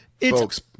Folks